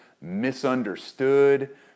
misunderstood